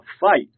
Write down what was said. fight